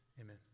Amen